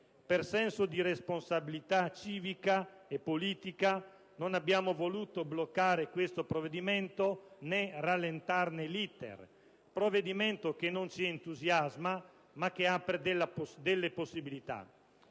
Per senso di responsabilità, civica e politica, non abbiamo voluto bloccare questo provvedimento né rallentarne l'*iter:* provvedimento che non ci entusiasma, ma che apre delle possibilità.